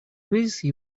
кризиса